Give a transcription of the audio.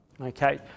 Okay